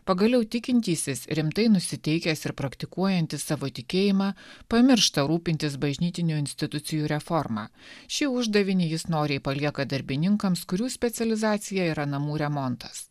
pagaliau tikintysis rimtai nusiteikęs ir praktikuojantis savo tikėjimą pamiršta rūpintis bažnytinių institucijų reformą šį uždavinį jis noriai palieka darbininkams kurių specializacija yra namų remontas